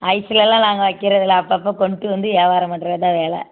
ஐஸ்லெல்லாம் நாங்கள் வைக்கிறதில்லை அப்பப்போ கொண்டுட்டு வந்து வியாபாரம் பண்ணுறது தான் வேலை